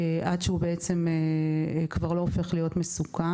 עד שהוא כבר לא הופך להיות מסוכן.